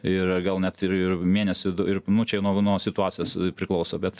ir gal net ir mėnesių ir mnu čia nuo vienos situacijos priklauso bet